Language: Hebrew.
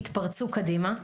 יתפרצו קדימה.